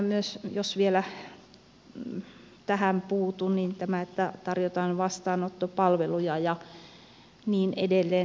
jos vielä tähän puutun että tarjotaan vastaanottopalveluja ja niin edelleen